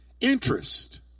interest